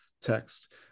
text